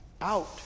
out